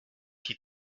die